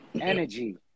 energy